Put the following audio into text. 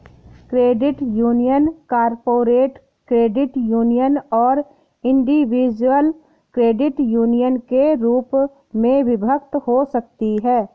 credit union corporate credit union और individual credit union के रूप में विभक्त हो सकती हैं